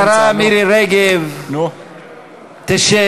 השרה מירי רגב תשב,